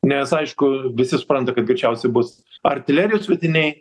nes aišku visi supranta kad greičiausiai bus artilerijos sviediniai